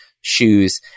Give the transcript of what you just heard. shoes